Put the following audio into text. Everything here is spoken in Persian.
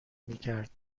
میکرد